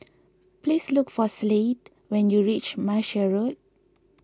please look for Slade when you reach Martia Road